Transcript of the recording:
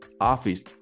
office